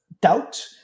doubt